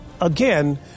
again